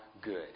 good